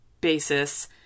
basis